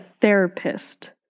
therapist